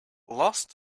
lost